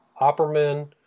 Opperman